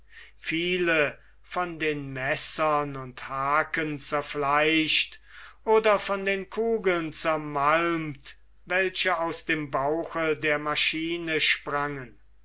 viele von den messern und haken zerfleischt oder von den kugeln zermalmt welche aus dem bauch der maschine sprangen